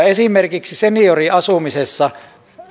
esimerkiksi senioriasumisessa